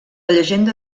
llegenda